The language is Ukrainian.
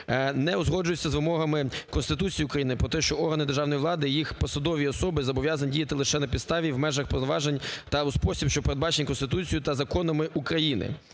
не узгоджується з вимогами Конституції України про те, що органи державної влади, їх посадові особи зобов'язані діяти лише на підставі і в межах повноважень та у спосіб, що передбачені Конституцією та законами України,